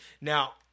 Now